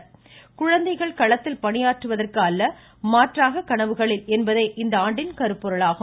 குழந்தைகள் களத்தில் பணியாற்றுவதற்கு அல்ல மாறாக கனவுகளில் என்பதே இந்தாண்டின் கருப்பொருளாகும்